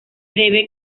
debe